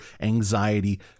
anxiety